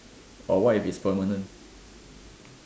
but what if is permanent